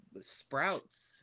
Sprouts